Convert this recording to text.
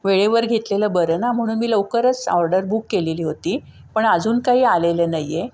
वेळेवर घेतलेलं बरं ना म्हणून मी लवकरच ऑर्डर बुक केलेली होती पण अजून काही आलेलं नाही आहे